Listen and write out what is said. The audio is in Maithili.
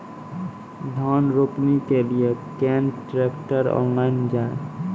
धान रोपनी के लिए केन ट्रैक्टर ऑनलाइन जाए?